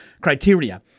criteria